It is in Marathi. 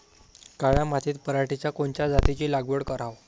काळ्या मातीत पराटीच्या कोनच्या जातीची लागवड कराव?